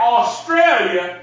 Australia